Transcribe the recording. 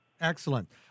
Excellent